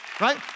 right